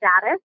status